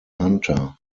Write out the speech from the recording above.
hunter